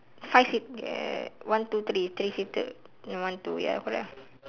five seat err one two three three seater one two ya correct ah